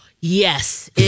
Yes